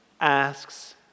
asks